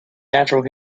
natural